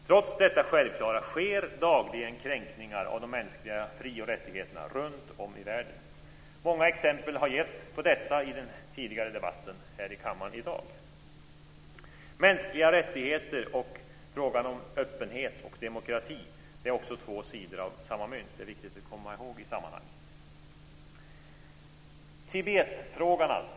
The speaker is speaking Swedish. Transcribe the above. Trots detta självklara sker dagligen runtom i världen kränkningar av de mänskliga fri och rättigheterna. Många exempel på detta har getts tidigare i debatten här i kammaren i dag. Mänskliga rättigheter och frågan om öppenhet och demokrati är två sidor av samma mynt. Det är viktigt att i sammanhanget komma ihåg detta.